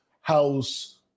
house